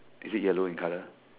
is it yellow in colour